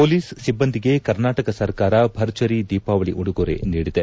police ಸಿಭ್ಗಂದಿಗೆ ಕರ್ನಾಟಕ ಸರ್ಕಾರ ಭರ್ಜರಿ ದೀಪಾವಳಿ ಉಡುಗೊರೆ ನೀಡಿದೆ